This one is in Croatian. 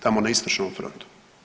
Tamo na istočnom frontu.